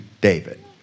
David